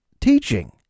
teaching